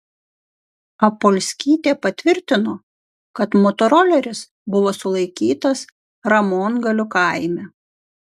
apolskytė patvirtino kad motoroleris buvo sulaikytas ramongalių kaime